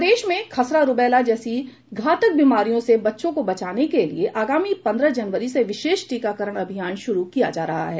प्रदेश में खसरा रूबैला जैसी घातक बिमारियों से बच्चों को बचाने के लिए आगामी पंद्रह जनवरी से विशेष टीकाकरण अभियान शुरू किया जा रहा है